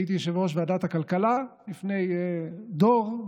הייתי יושב-ראש ועדת הכלכלה לפני דור,